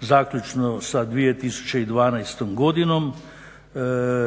zaključno sa 2012. godinom